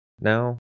now